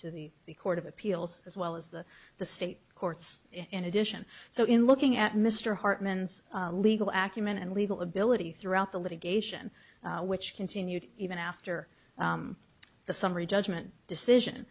to the court of appeals as well as the the state courts in addition so in looking at mr hartman's legal ackermann and legal ability throughout the litigation which continued even after the summary judgment decision